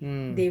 mm